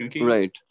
Right